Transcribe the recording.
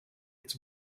its